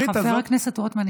חבר הכנסת רוטמן,